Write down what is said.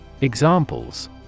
Examples